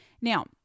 Now